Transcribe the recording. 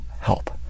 help